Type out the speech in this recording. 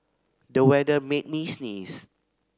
the weather made me sneeze